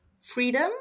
freedom